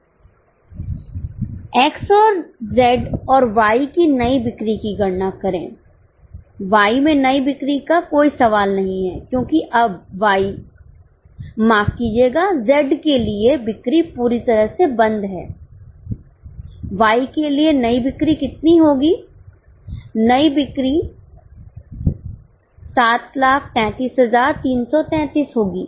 X और Z और Y की नई बिक्री की गणना करें Y में नई बिक्री का कोई सवाल नहीं है क्योंकि अब Y माफ कीजिएगा Z के लिए बिक्री पूरी तरह से बंद है Y के लिए नई बिक्री कितनी होगी नई बिक्री 733333 होगी